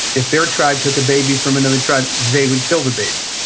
if their tribe took a baby from another tribe, they would kill the baby.